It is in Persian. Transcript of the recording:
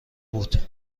بوده